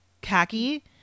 khaki